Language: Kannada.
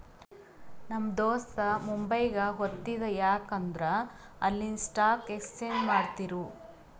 ನಮ್ ದೋಸ್ತ ಮುಂಬೈಗ್ ಹೊತ್ತಿದ ಯಾಕ್ ಅಂದುರ್ ಅಲ್ಲಿನೆ ಸ್ಟಾಕ್ ಎಕ್ಸ್ಚೇಂಜ್ ಮಾಡ್ತಿರು